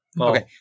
Okay